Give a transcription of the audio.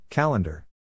Calendar